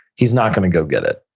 he's not going to go get it.